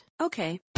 Okay